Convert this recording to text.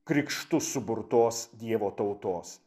krikštu suburtos dievo tautos